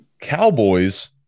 Cowboys